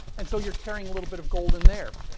and, so, you're carrying a little bit of gold in there.